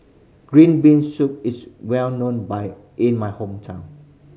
green bean soup is well known by in my hometown